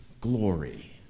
glory